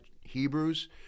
Hebrews